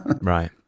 Right